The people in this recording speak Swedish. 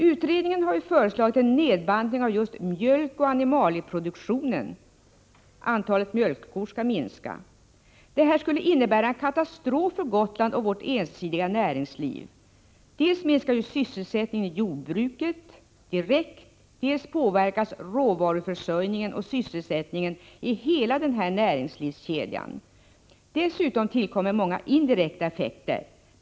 Utredningen har föreslagit en nedbantning av just mjölkoch animalieproduktionen — antalet mjölkkor skall minska. Detta skulle innebära en katastrof för Gotland och vårt ensidiga näringsliv. Dels minskar ju sysselsättningen i jordbruket direkt, dels påverkas råvaruförsörjningen och sysselsättningen i hela denna näringslivskedja. Dessutom tillkommer många indirekta effekter.